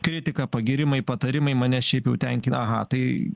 kritika pagyrimai patarimai mane šiaip jau tenkina aha tai